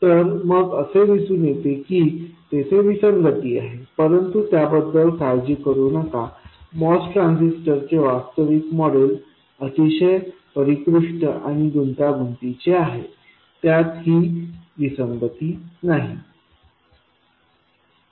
तर मग असे दिसून येते की तेथे विसंगती आहे परंतु त्याबद्दल काळजी करू नका MOS ट्रान्झिस्टरचे वास्तविक मॉडेल अतिशय परिष्कृत आणि गुंतागुंतीचे आहे आणि त्यात ही विसंगती नाही